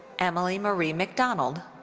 emily marie mcdonald.